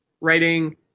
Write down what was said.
writing